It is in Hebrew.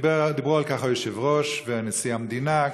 דיברו על כך היושב-ראש ונשיא המדינה,